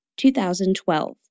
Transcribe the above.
2012